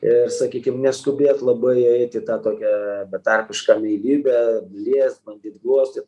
ir sakykim neskubėt labai eit į tą tokią betarpiškame meilybę liest bandyt glostyt